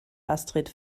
astrid